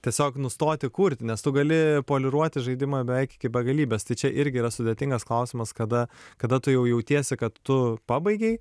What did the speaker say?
tiesiog nustoti kurti nes tu gali poliruoti žaidimą beveik iki begalybės tai čia irgi yra sudėtingas klausimas kada kada tu jau jautiesi kad tu pabaigei